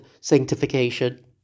sanctification